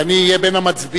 כי אני אהיה בין המצביעים,